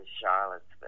Charlottesville